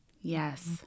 yes